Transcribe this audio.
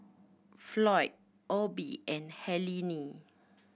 Floyd Obie and Helaine